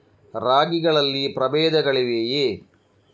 ರಾಗಿಗಳಲ್ಲಿ ಪ್ರಬೇಧಗಳಿವೆಯೇ?